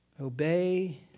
Obey